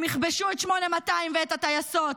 הם יכבשו את 8200 ואת הטייסות,